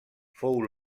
fou